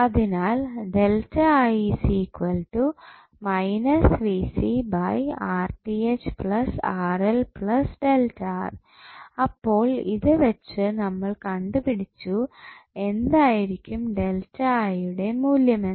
അതിനാൽ അപ്പോൾ ഇത് വെച്ചു നമ്മൾ കണ്ടുപിടിച്ചു എന്തായിരിക്കും യുടെ മൂല്യമെന്ന്